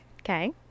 Okay